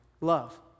love